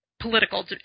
political